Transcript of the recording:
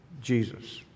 Jesus